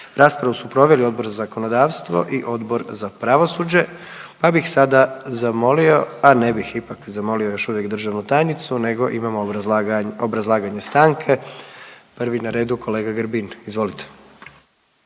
Raspravu su proveli Odbor za zakonodavstvo i Odbor za pravosuđe. Pa bih sada zamolio, a ne bih ipak zamolio još uvijek državnu tajnicu nego imamo obrazlaganje stanke. Prvi na redu kolega Grbin, izvolite.